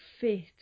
fit